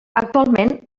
actualment